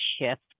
shift